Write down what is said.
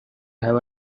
have